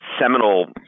seminal